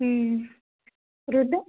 రుణ